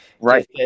right